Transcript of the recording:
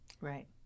Right